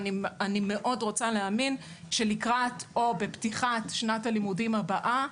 ואני מאוד רוצה להאמין שלקראת או בפתיחת שנת הלימודים הבאה,